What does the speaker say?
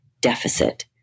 deficit